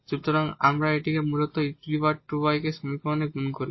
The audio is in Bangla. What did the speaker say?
সুতরাং আমরা এটিকে মূলত e2y কে এই সমীকরণে গুণ করি